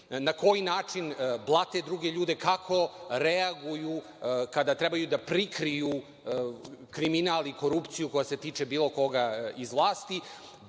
na koji način blate druge ljude, kako reaguju kada treba da prikriju kriminal i korupciju koja se tiče bilo koga iz vlasti,